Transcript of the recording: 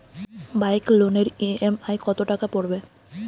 Bike লোনের EMI কত টাকা পড়বে?